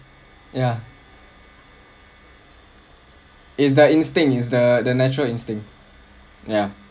ya it's the instinct it's the natural instinct yeah